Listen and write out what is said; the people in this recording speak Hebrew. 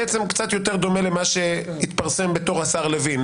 בעצם קצת יותר דומה למה שהתפרסם בתור השר לוין,